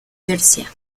persia